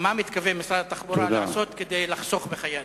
מה משרד התחבורה מתכוון לעשות כדי לחסוך בחיי אדם.